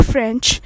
French